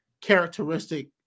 characteristic